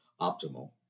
optimal